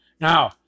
Now